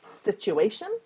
Situation